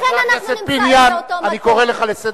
לכן אנחנו נמצאים באותו מקום.